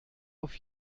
auf